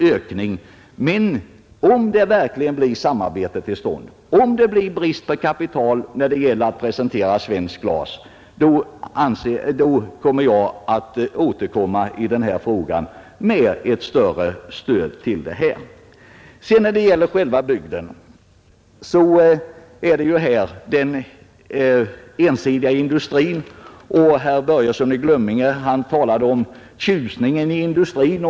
Men om ett samarbete verkligen kommer till stånd och om det blir brist på kapital när det gäller att presentera svenskt glas, då skall jag återkomma beträffande frågan om ett större stöd till glasindustrin. När det gäller själva bygden är problemet ensidigheten i industrin. Herr Börjesson i Glömminge talade om tjusningen hos glasindustrin.